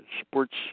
sports